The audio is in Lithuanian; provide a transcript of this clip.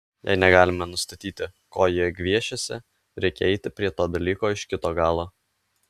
jei negalime nustatyti ko jie gviešiasi reikia eiti prie to dalyko iš kito galo